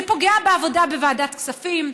זה פוגע בעבודה בוועדת כספים,